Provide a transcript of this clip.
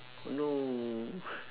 no